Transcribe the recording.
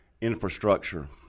Infrastructure